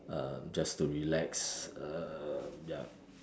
um just to relax um ya